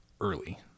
early